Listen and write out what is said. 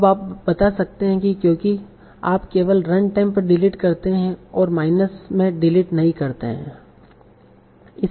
अब आप बता सकते हैं क्यों क्योंकि आप केवल रन टाइम पर डिलीट करते हैं और माइंड में डिलीट नहीं करते हैं